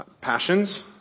passions